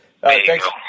thanks